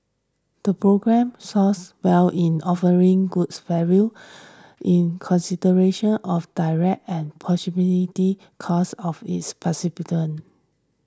the programme scored well in offering good value in consideration of direct and possibility costs of its